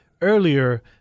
earlier